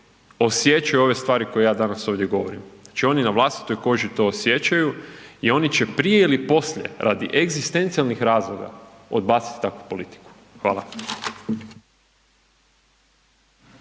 osjećaju ove stvari koje ja danas ovdje govorim, znači oni na vlastitoj koži to osjećaju i oni će prije ili poslije radi egzistencijalnih razloga odbaciti takvu politiku. Hvala.